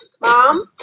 Mom